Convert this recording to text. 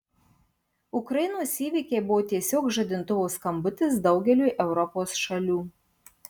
ukrainos įvykiai buvo tiesiog žadintuvo skambutis daugeliui europos šalių